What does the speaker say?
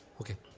okay,